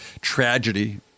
tragedy